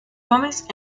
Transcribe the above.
gómez